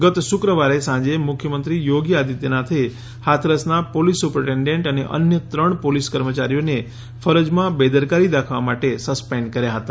ગત શુક્રવારે સાંજે મુખ્યમંત્રી યોગી આદિત્યનાથે હાથરસના પોલીસ સુપ્રિટેન્ડન્ટ અને અન્ય ત્રણ પોલીસ કર્મચારીઓને ફરજમાં બેદરકારી દાખવવા માટે સસ્પેન્ડ કર્યા હતા